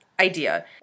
idea